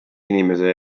inimese